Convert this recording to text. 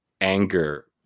anger